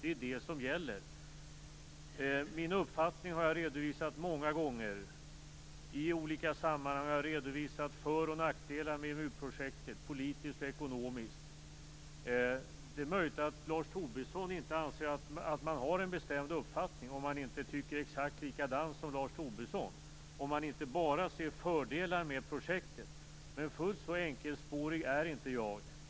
Det är det som gäller. Jag har redovisat min uppfattning många gånger. I olika sammanhang har jag redovisat för och nackdelar med EMU-projektet - politiskt och ekonomiskt. Det är möjligt att Lars Tobisson inte anser att man har en bestämd uppfattning om man inte tycker exakt likadant som Lars Tobisson - om man inte bara ser fördelar med projektet. Men fullt så enkelspårig är jag inte.